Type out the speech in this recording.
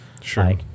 Sure